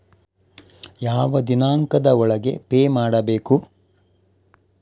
ಯಾವ ದಿನಾಂಕದ ಒಳಗೆ ಪೇ ಮಾಡಬೇಕು?